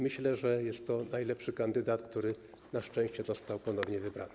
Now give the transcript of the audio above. Myślę, że jest to najlepszy kandydat, który na szczęście został ponownie wybrany.